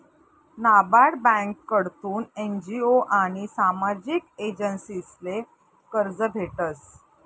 नाबार्ड ब्यांककडथून एन.जी.ओ आनी सामाजिक एजन्सीसले कर्ज भेटस